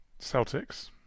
Celtics